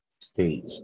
stage